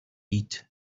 eat